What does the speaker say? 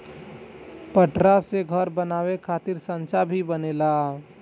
पटरा से घर बनावे खातिर सांचा भी बनेला